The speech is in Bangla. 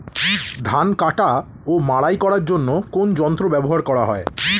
ধান কাটা ও মাড়াই করার জন্য কোন যন্ত্র ব্যবহার করা হয়?